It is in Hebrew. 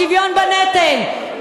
בשוויון בנטל,